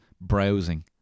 browsing